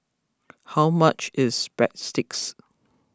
how much is Breadsticks